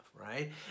right